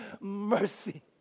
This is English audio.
mercy